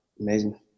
Amazing